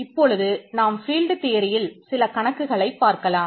இப்பொழுது நாம் field p ஆகும்